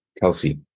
Kelsey